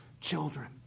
children